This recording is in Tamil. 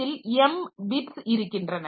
இதில் m பிட்ஸ் இருக்கின்றன